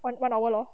one one hour lor